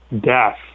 death